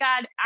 God